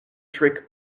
trick